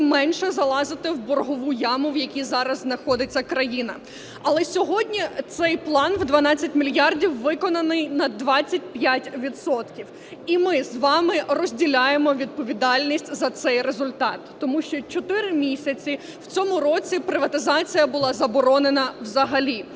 менше залазити в боргову яму, в якій зараз знаходиться країна. Але сьогодні цей план у 12 мільярдів виконаний на 25 відсотків, і ми з вами розділяємо відповідальність за цей результат. Тому що чотири місяці в цьому році приватизація була заборонена взагалі,